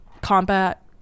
combat